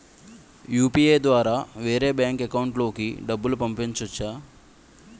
UPI ద్వారా వేరే bank account లోకి డబ్బులు పంపించవచ్చా?